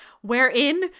wherein